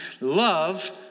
love